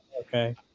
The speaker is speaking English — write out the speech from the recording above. okay